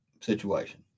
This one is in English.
situation